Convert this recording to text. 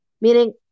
Meaning